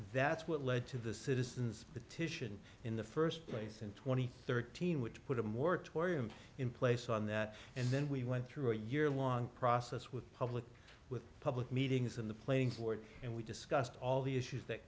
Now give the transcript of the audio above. that's what led to the citizens petition in the first place in twenty thirteen which put a moratorium in place on that and then we went through a year long process with public with public meetings in the plains lord and we discussed all the issues that